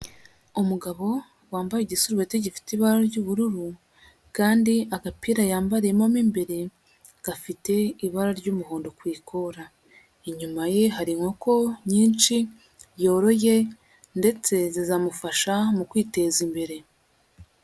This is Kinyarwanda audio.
Umugabo wambaye igisurubeti gifite ibara ry'ubururu kandi agapira yambariyemo mu imbere gafite ibara ry'umuhondo ku ikora. Inyuma ye hari inkoko nyinshi yoroye ndetse zizamufasha mu kwiteza imbere.